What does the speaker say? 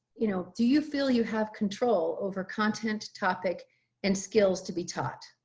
you know, do you feel you have control over content topic and skills to be taught.